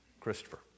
Christopher